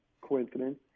coincidence